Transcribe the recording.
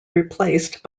replaced